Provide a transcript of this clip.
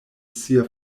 sia